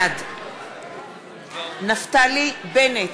בעד אלי בן-דהן, נגד נפתלי בנט,